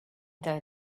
though